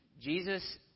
Jesus